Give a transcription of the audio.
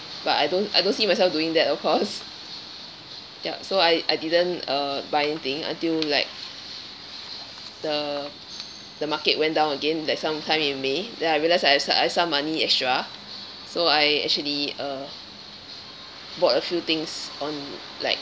but I don't I don't see myself doing of course ya so I I didn't uh buy anything until like the the market went down again like some time in may then I realise i have so~ I have some money extra so I actually uh bought a few things on like